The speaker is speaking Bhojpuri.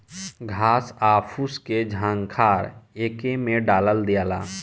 घास आ फूस के झंखार एके में डाल दियाला